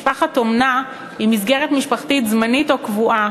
משפחת אומנה היא מסגרת משפחתית זמנית או קבועה